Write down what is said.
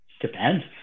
Depends